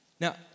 Now